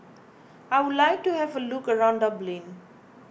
I would like to have a look around Dublin